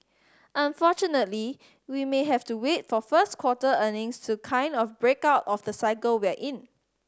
unfortunately we may have to wait for first quarter earnings to kind of break out of the cycle we're in